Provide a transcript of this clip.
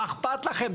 מה אכפת לכם,